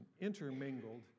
intermingled